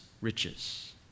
riches